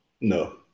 No